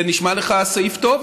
זה נשמע לך סעיף טוב?